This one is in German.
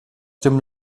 dem